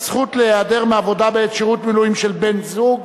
זכות להיעדר מעבודה בעת שירות מילואים של בן-הזוג)